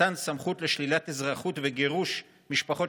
מתן סמכות לשלילת אזרחות וגירוש משפחות